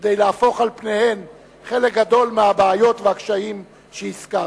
כדי להפוך על פניהם חלק גדול מהבעיות והקשיים שהזכרתי.